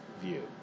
view